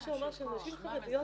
מה שאומר שנשים חרדיות,